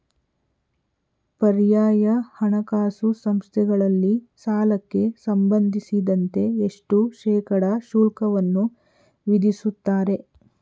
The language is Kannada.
ಪರ್ಯಾಯ ಹಣಕಾಸು ಸಂಸ್ಥೆಗಳಲ್ಲಿ ಸಾಲಕ್ಕೆ ಸಂಬಂಧಿಸಿದಂತೆ ಎಷ್ಟು ಶೇಕಡಾ ಶುಲ್ಕವನ್ನು ವಿಧಿಸುತ್ತಾರೆ?